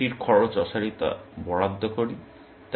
আমরা এটির খরচ অসারতা বরাদ্দ করি